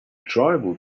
tribal